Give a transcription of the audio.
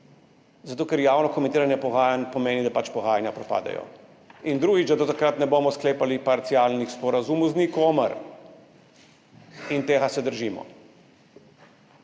zato ker javno komentiranje pogajanj pomeni, da pač pogajanja propadajo. In drugič, da do takrat ne bomo sklepali parcialnih sporazumov z nikomer. In tega se držimo.